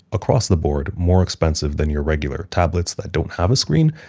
across the board, more expensive than your regular tablets that don't have a screen,